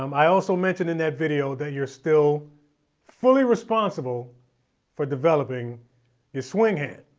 um i also mentioned in that video that you're still fully responsible for developing your swing hand.